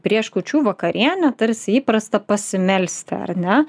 prieš kūčių vakarienę tarsi įprasta pasimelsti ar ne